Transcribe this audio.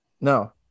No